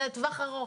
זה לטווח ארוך'.